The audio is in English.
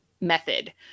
method